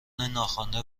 ناخوانده